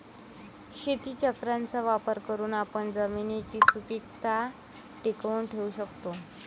शेतीचक्राचा वापर करून आपण जमिनीची सुपीकता टिकवून ठेवू शकतो